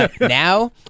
Now